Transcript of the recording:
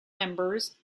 members